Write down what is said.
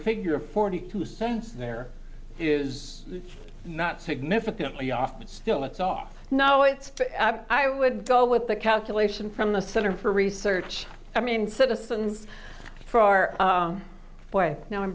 figure forty two cents there is not significantly off but still it's off now it's i would go with the calculation from the center for research i mean citizens for our way now i'm